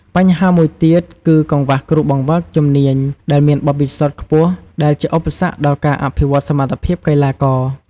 បញ្ហាមួយទៀតគឺកង្វះគ្រូបង្វឹកជំនាញដែលមានបទពិសោធន៍ខ្ពស់ ដែលជាឧបសគ្គដល់ការអភិវឌ្ឍសមត្ថភាពកីឡាករ។